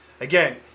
again